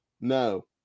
No